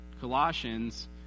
Colossians